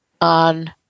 on